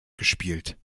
gespielt